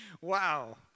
Wow